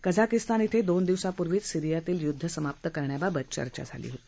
कझाकिस्तान श्रे दोन दिवसापूर्वीच सिरीयातील युद्ध समाप्त करण्याबाबत चर्चा झाली होती